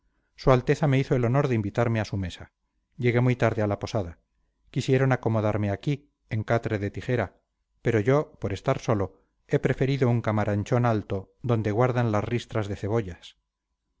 su alteza me hizo el honor de invitarme a su mesa llegué muy tarde a la posada quisieron acomodarme aquí en catre de tijera pero yo por estar solo he preferido un camaranchón alto donde guardan las ristras de cebollas